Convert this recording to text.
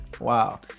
Wow